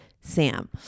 Sam